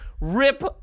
rip